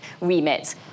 remit